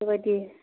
बेबायदि